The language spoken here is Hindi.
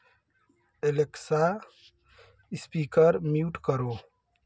एलेक्सा स्पीकर म्यूट करो